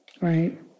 right